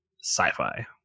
sci-fi